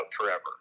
forever